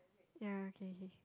ya okay K